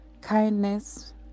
Kindness